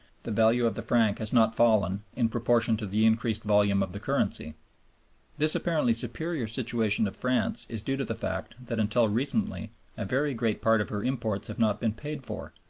the value of the franc has not fallen in proportion to the increased volume of the this apparently superior situation of france is due to the fact that until recently a very great part of her imports have not been paid for,